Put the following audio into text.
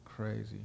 crazy